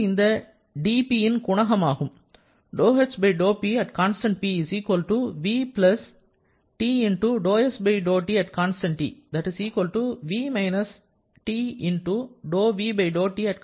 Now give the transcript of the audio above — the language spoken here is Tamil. அது இந்த dP ன் குணகமாகும்